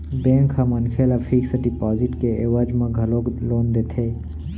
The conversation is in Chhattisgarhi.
बेंक ह मनखे ल फिक्स डिपाजिट के एवज म घलोक लोन देथे